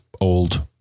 old